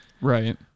Right